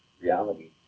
reality